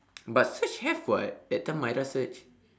but search have [what] that time mairah search